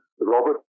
Robert